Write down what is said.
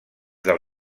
del